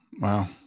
Wow